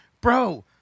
bro